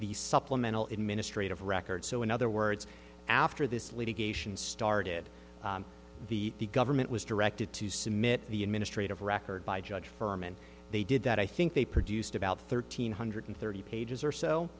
the supplemental in ministry of record so in other words after this litigation started the government was directed to submit the administrative record by judge firm and they did that i think they produced about thirteen hundred thirty pages or so